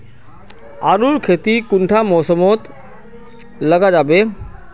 आलूर खेती कुंडा मौसम मोत लगा जाबे?